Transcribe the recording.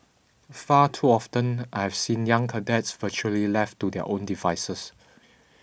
far too often I have seen young cadets virtually left to their own devices